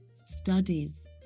studies